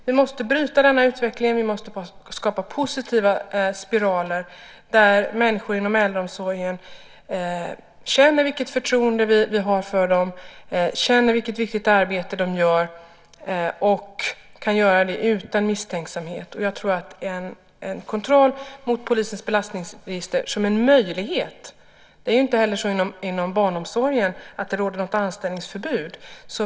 Vi måste bryta denna utveckling och skapa positiva spiraler så att människor inom äldreomsorgen känner vilket förtroende vi har för dem och vilket viktigt arbete de gör och så att de kan göra det utan misstänksamhet. Jag tror på en möjlighet till kontroll mot polisens belastningsregister. Det är ju inte heller inom barnomsorgen så att det råder något anställningsförbud.